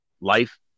life